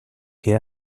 que